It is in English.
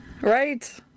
Right